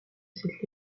cette